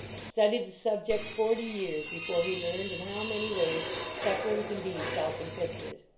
studied the subject forty years before he learned in how many ways suffering can be self-in flicted.